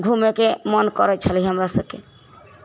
घूमेके मन करै छलै हमरा सबके